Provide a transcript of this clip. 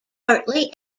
partly